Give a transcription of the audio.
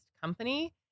company